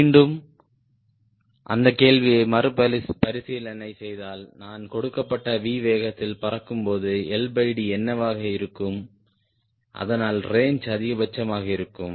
மீண்டும் அந்த கேள்வியை மறுபரிசீலனை செய்தால் நான் கொடுக்கப்பட்ட V வேகத்தில் பறக்கும்போது LD என்னவாக இருக்கும் அதனால் ரேஞ்சு அதிகபட்சமாக இருக்கும்